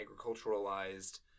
agriculturalized